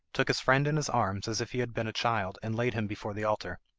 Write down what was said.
took his friend in his arms as if he had been a child, and laid him before the altar.